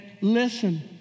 listen